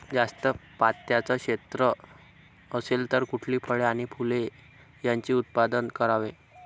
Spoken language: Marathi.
जास्त पात्याचं क्षेत्र असेल तर कुठली फळे आणि फूले यांचे उत्पादन करावे?